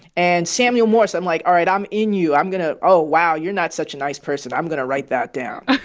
and samuel morse, i'm like, all right, i'm in you. i'm going to oh, wow, you're not such a nice person. i'm going to write that down